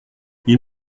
ils